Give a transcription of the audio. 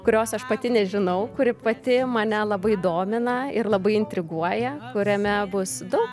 kurios aš pati nežinau kuri pati mane labai domina ir labai intriguoja kuriame bus daug